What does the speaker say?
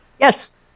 Yes